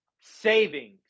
savings